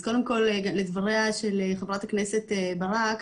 אז קודם כל לדבריה של חברת הכנסת ברק,